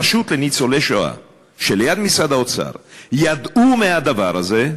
שברשות לניצולי שואה שליד משרד האוצר ידעו מהדבר הזה,